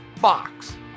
box